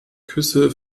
küsse